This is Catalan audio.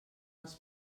els